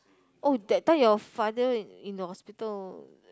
oh that time your father in in the hospital